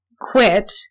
quit